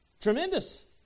Tremendous